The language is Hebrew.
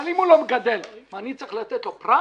אבל אם הוא לא מגדל, אני צריך לתת לו פרס?